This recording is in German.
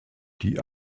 die